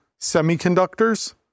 semiconductors